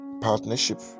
partnership